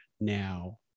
now